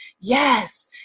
Yes